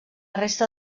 resta